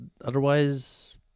otherwise